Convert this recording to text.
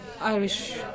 Irish